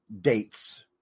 dates